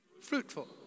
Fruitful